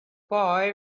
boy